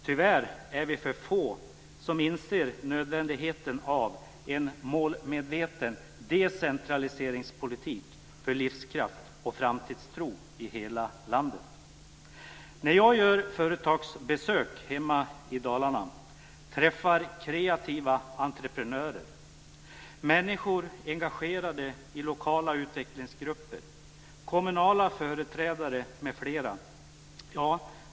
Tyvärr är vi för få som inser nödvändigheten av en målmedveten decentraliseringspolitik för livskraft och framtidstro i hela landet. När jag gör företagsbesök hemma i Dalarna träffar jag kreativa entreprenörer, människor engagerade i lokala utvecklingsgrupper, kommunala företrädare m.m.